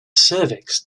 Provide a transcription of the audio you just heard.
cervix